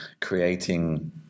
creating